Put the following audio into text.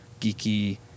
geeky